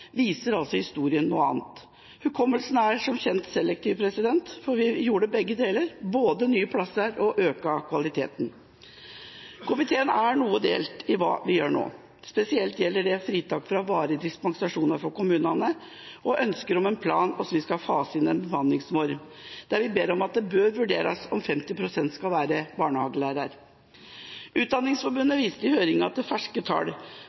viser altså historien noe annet. Hukommelsen er som kjent selektiv, for vi gjorde begge deler: Det ble både nye plasser og økt kvalitet. Komiteen er noe delt når det gjelder hva vi gjør nå. Spesielt gjelder det fritak fra varige dispensasjoner for kommunene og ønsket om en plan for hvordan vi skal fase inn en bemanningsnorm, der vi ber om at det bør vurderes om 50 pst. skal være barnehagelærere. Utdanningsforbundet viste i høringa til